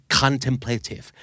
contemplative